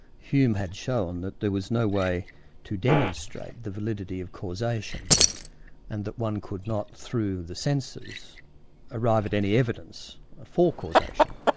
hume had shown that there was no way to demonstrate the validity of causation and that one could not through the senses arrive at any evidence for causation.